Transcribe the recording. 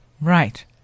right